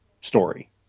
story